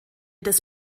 des